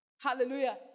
Hallelujah